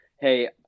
hey